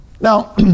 Now